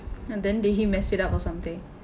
and then did he mess it up or something